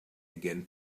again